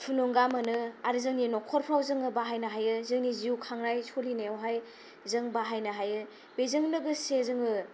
थुलुंगा मोनो आरो जोंनि नखरफ्राव जोङो बाहायनो हायो जोंनि जिउ खांनाय सलिनायावहाय जों बाहायनो हायो बेजों लोगोसे जोङो